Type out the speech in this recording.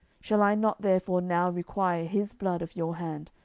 shall i not therefore now require his blood of your hand,